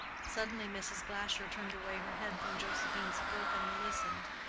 suddenly mrs. glasher turned away her head from josephine's book and listened.